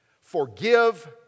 Forgive